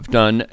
done